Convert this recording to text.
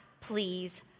please